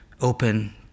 open